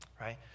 right